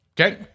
Okay